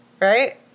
right